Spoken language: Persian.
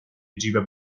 جیب